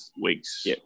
weeks